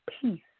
peace